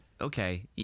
okay